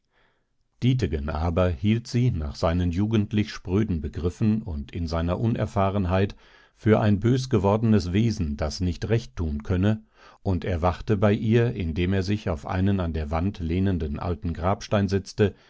dietegen aber hielt sie nach seinen jugendlich spröden begriffen und in seiner unerfahrenheit für ein bös gewordenes wesen das nicht recht tun könne und er wachte bei ihr indem er sich auf einen an der wand lehnenden alten grabstein setzte